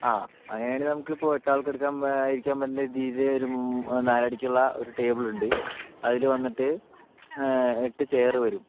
ആ അങ്ങനെ ആണെങ്കിൽ നമുക്ക് ഇപ്പോൾ എട്ട് ആൾക്ക് എടുക്കാൻ ഇരിക്കാൻ പറ്റുന്ന രീതിയിൽ ഒരു നാലടിക്കുള്ള ഒരു ടേബിൾ ഉണ്ട് അതിൽ വന്നിട്ട് എട്ട് ചെയർ വരും